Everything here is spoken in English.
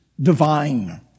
divine